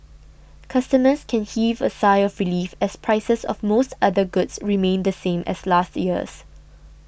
customers can heave a sigh of relief as prices of most other goods remain the same as last year's